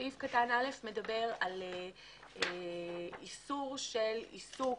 סעיף קטן (א) מדבר על איסור של עיסוק